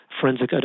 forensic